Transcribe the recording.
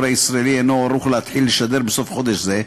הישראלי אינו ערוך להתחיל לשדר בסוף חודש זה.